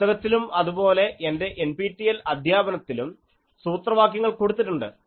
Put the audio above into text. പുസ്തകത്തിലും അതുപോലെ എൻറെ എൻപിടിഎൽ അധ്യാപനത്തിലും സൂത്രവാക്യങ്ങൾ കൊടുത്തിട്ടുണ്ട്